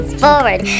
forward